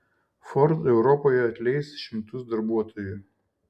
ford europoje atleis šimtus darbuotojų